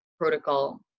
protocol